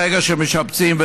ברגע שמשפצים,